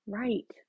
right